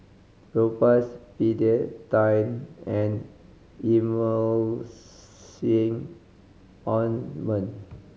Propass Betadine and Emulsying Ointment